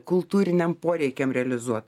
kultūriniam poreikiam realizuot